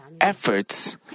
efforts